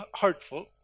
hurtful